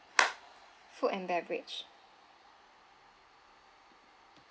food and beverage